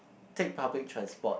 take public transport